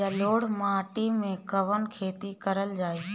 जलोढ़ माटी में कवन खेती करल जाई?